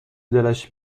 دلش